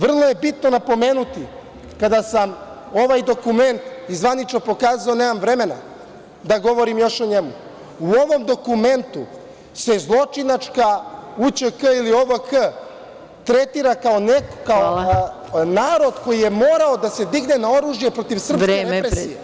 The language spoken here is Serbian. Vrlo je bitno napomenuti, kada sam ovaj dokument i zvanično pokazao, nemam vremena da govorim još o njemu, u ovom dokumentu se zločinačka UĆK ili OVK tretira kao narod koji je morao da se digne na oružje protiv srpske represije.